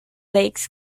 lakes